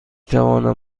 توانم